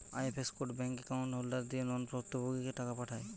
IFS code bank account holder দিয়ে non স্বত্বভোগীকে টাকা পাঠায়